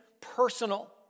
personal